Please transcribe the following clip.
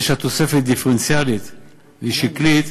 זה שהתוספת דיפרנציאלית והיא שקלית,